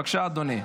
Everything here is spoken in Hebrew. בבקשה, אדוני.